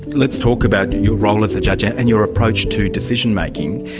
let's talk about your role as a judge and your approach to decision-making.